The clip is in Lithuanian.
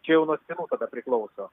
čia jau nuo spynų tada priklauso